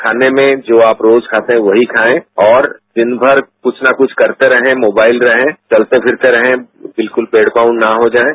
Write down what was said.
खाने में जो आप रोज खाते थे वहीं खायें और दिन भर कुछ न कुछ करते रहें मोबाइल रहें चलते फिरते रहे बिल्कुल बेड बाउंड न हो जायें